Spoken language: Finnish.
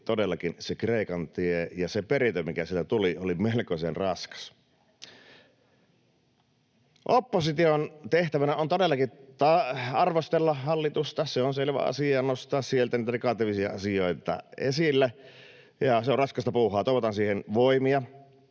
todellakin se Kreikan tie, ja se perintö, mikä sieltä tuli, oli melkoisen raskas. Opposition tehtävänä on todellakin arvostella hallitusta — se on selvä asia — ja nostaa sieltä niitä negatiivisia asioita esille, ja se on raskasta puuhaa, toivotan siihen voimia.